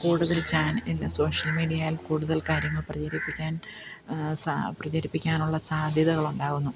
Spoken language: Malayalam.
കൂടുതൽ ചാനൽ ഈ സോഷ്യൽ മീഡിയയിൽ കൂടുതൽ കാര്യങ്ങൾ പ്രചരിപ്പിക്കാൻ പ്രചരിപ്പിക്കാനുള്ള സാധ്യതകളുണ്ടാവുന്നു